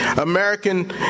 American